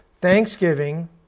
Thanksgiving